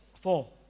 Four